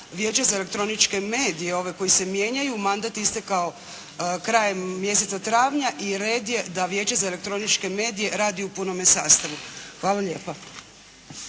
Vijeća za elektroničke medije ove koji se mijenjaju mandat istekao krajem mjeseca travnja i red je da Vijeće za elektroničke medije radi u punome sastavu. Hvala lijepa.